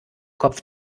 kopf